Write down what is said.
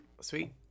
Sweet